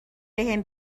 بهم